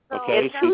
Okay